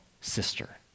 sister